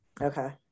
okay